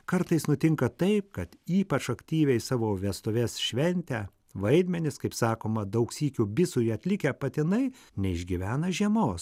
kartais nutinka taip kad ypač aktyviai savo vestuves šventę vaidmenis kaip sakoma daug sykių bisui atlikę patinai neišgyvena žiemos